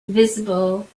visible